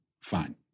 fine